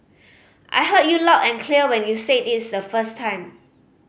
I heard you loud and clear when you said is the first time